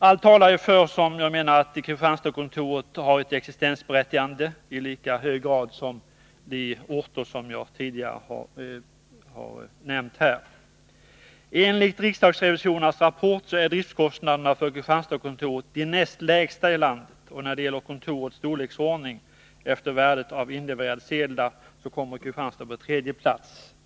Allt talar för, menar jag, att Kristianstadskontoret har ett existensberättigande i lika hög grad som kontoren på de orter som jag tidigare har nämnt. Enligt riksdagsrevisorernas rapport är driftkostnaderna för Kristianstadskontoret de näst lägsta i landet. När det gäller kontorens storleksordning, efter värdet av inlevererade sedlar, kommer Kristianstad på tredje plats.